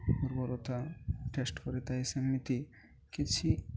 ଉର୍ବରତା ଟେଷ୍ଟ କରିଥାଏ ସେମିତି କିଛି